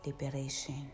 liberation